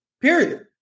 period